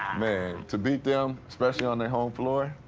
man, to beat them, especially on their home floor,